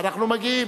אנחנו מגיעים,